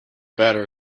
better